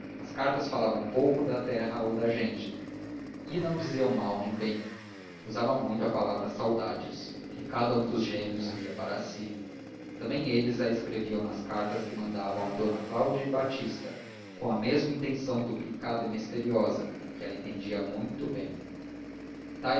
as cartas falavam pouco da terra ou da gente e não diziam mal nem bem usavam muito a palavra saudades que cada um dos dous gêmeos lia para si também eles a escreviam nas cartas que mandavam a d cláudia e a batista com a mesma intenção duplicada e misteriosa que ela entendia muito bem tais